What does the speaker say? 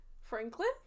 franklin